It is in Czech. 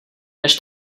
než